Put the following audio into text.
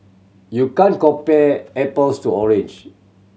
you can't compare apples to orange